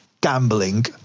Gambling